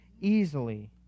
easily